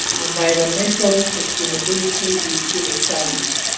environmental sustainability is still a challenge.